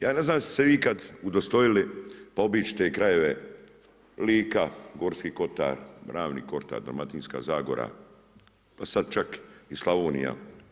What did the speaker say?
Ja ne znam jeste se vi ikad udostojili pa obić te krajeve Lika, Gorski kotar, Ravni kotar, Dalmatinska zagora, pa sad čak i Slavonija?